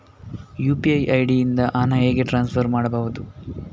UPI ID ಇಂದ ಹಣ ಹೇಗೆ ಟ್ರಾನ್ಸ್ಫರ್ ಮಾಡುದು?